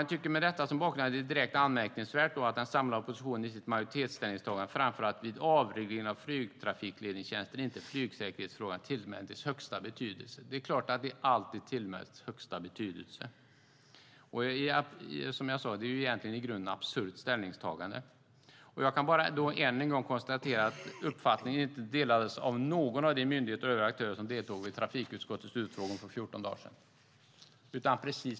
Jag tycker med detta som bakgrund att det är direkt anmärkningsvärt att den samlade oppositionen i sitt majoritetsställningstagande framför att vid avregleringen av flygtrafikledningstjänster "tillmättes dock inte flygsäkerhetsfrågorna högsta betydelse". Det är klart att de alltid tillmäts högsta betydelse. Det är i grunden ett absurt ställningstagande. Jag kan bara än en gång konstatera att den uppfattningen inte delades av någon av de myndigheter och övriga aktörer som deltog vid trafikutskottets utfrågning för 14 dagar sedan.